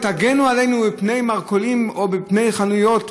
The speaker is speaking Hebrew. תגנו עלינו מפני מרכולים או מפני חנויות,